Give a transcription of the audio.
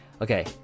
okay